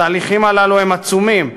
התהליכים הללו הם עצומים,